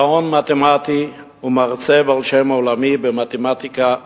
גאון מתמטי ומרצה בעל שם עולמי במתמטיקה מתקדמת,